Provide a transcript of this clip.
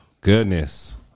Goodness